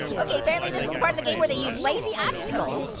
okay, apparently this is the part of the game where they use lazy obstacles.